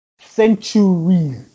centuries